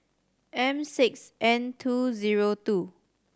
M six N T zero two